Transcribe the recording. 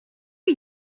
are